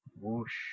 whoosh